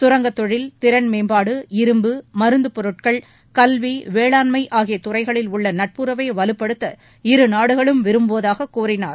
கரங்கத் தொழில் திறன்மேம்பாடு இரும்பு மருந்து பொருட்கள் கல்வி வேளாண்மை ஆகிய துறைகளில் உள்ள நட்புறவை வலுப்படுத்த இருநாடுகளும் விரும்புவதாகக் கூறினார்